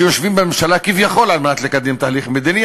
שיושבים בממשלה כביכול כדי לקדם תהליך מדיני,